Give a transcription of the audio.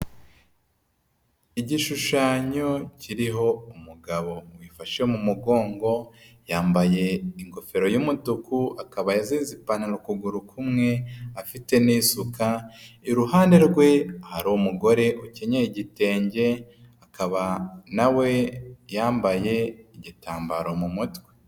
Igishushanyo kiriho umugabo wifashe mu mugongo, yambaye ingofero y'umutuku akaba ya azize ipantaro ukuguru kumwe afite n'isuka, iruhande rwe hari umugore ukenyeye igitenge, akaba na we yambaye igitambaro mu mutwe.